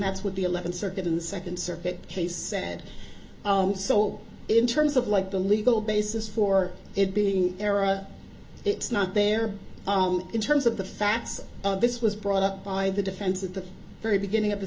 that's what the eleventh circuit in the second circuit case said so in terms of like the legal basis for it being error it's not there in terms of the facts this was brought up by the defense at the very beginning of the